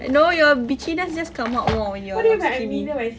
no your bitchiness just come out more when you're skinny